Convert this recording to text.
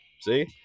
see